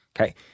Okay